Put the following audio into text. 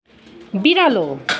बिरालो